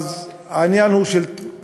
אז העניין הוא של עדיפויות,